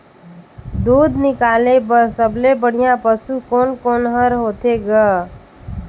दूध निकाले बर सबले बढ़िया पशु कोन कोन हर होथे ग?